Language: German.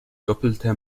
doppelte